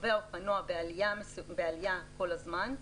רוכבי האופנוע בעלייה כל הזמן,